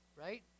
right